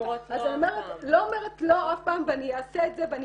אז אני לא אומרת לא אף פעם ואני אעשה את זה ואני